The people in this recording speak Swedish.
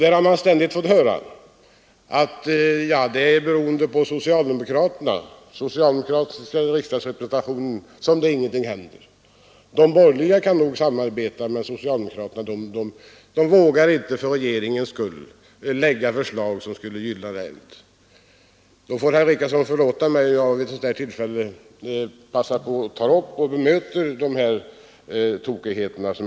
Vi har ständigt fått höra att det är beroende på den socialdemokratiska riksdagsrepresentationen att ingenting händer — de borgerliga kan nog samarbeta, men socialdemokraterna vågar inte för regeringens skull lägga fram förslag som skulle gynna länet. Då får herr Richardson som sagt förlåta mig om jag vid ett sådant här tillfälle passar på att bemöta tokigheterna.